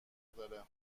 داره